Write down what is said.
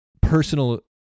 personal